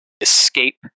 escape